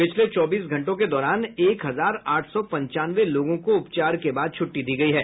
पिछले चौबीस घंटों के दौरान एक हजार आठ सौ पंचानवे लोगों को उपचार के बाद छूट्टी दी गयी है